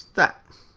that.